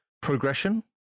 progression